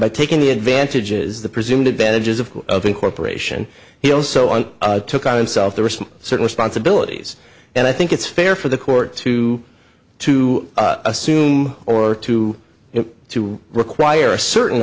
by taking the advantages the presumed advantage of incorporation he also on took on himself the recent certain responsibilities and i think it's fair for the court to to assume or to to require a certain